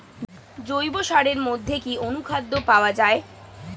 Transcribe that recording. জৈব সারের মধ্যে কি অনুখাদ্য পাওয়া যায়?